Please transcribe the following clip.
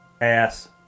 ass